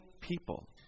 people